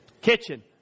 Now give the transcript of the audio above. Kitchen